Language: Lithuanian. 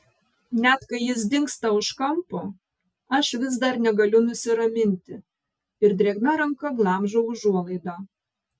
net kai jis dingsta už kampo aš vis dar negaliu nusiraminti ir drėgna ranka glamžau užuolaidą